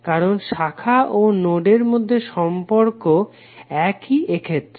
কারণ শাখা ও নোডের মধ্যে সম্পর্ক একই এক্ষেত্রে